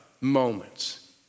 moments